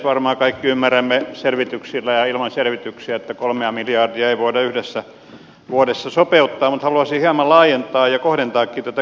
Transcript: varmaan kaikki ymmärrämme selvityksillä ja ilman selvityksiä että kolmea miljardia ei voida yhdessä vuodessa sopeuttaa mutta haluaisin hieman laajentaa ja kohdentaakin tätä kysymyksenasettelua